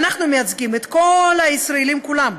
אנחנו מייצגים את כל הישראלים כולם,